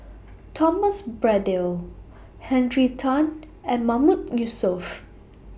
Thomas Braddell Henry Tan and Mahmood Yusof